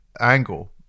angle